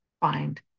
find